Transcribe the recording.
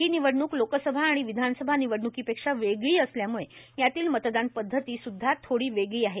ही निवडणूक लोकसभा व विधानसभा निवडण्कीपेक्षा वेगळी असल्याम्ळे यातील मतदान पद्धती सूदधा थोडी वेगळी आहे